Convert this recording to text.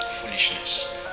foolishness